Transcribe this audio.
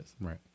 right